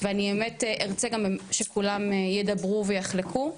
ואני האמת ארצה גם שכולם ידברו ויחלקו,